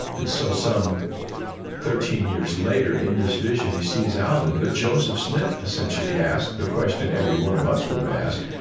and so some thirteen years later, in this vision, he sees alvin. but joseph smith essentially asked the question every one of us would have asked,